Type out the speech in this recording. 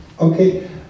okay